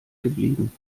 geblieben